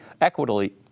equitably